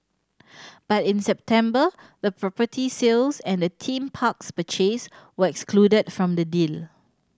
but in September the property sales and the theme parks purchase were excluded from the deal